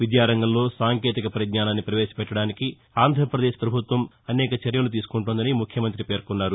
విద్యారంగంలో సాంకేతికతను ప్రవేశపెట్టడానికి ఆంధ్రప్రదేశ్ ప్రభుత్వం అనుక చర్యలు తీసుకుంటోందని ముఖ్యమంత్రి పేర్కొన్నారు